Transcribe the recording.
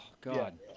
god